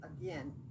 again